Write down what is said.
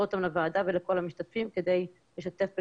אותם לוועדה ולכל המשתתפים כדי לשתף וללמוד.